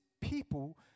people